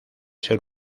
ser